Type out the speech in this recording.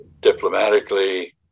diplomatically